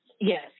Yes